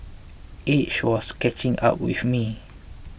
age was catching up with me